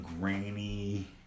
grainy